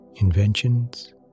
inventions